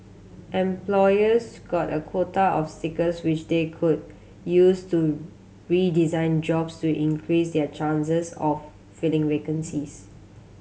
employers got a quota of stickers which they could use to redesign jobs to increase their chances of filling vacancies